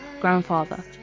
grandfather